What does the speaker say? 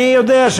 אני יודע.